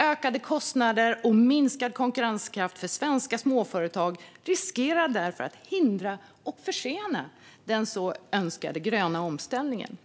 Ökade kostnader och minskad konkurrenskraft för svenska småföretag riskerar därför att hindra och försena den önskade gröna omställningen.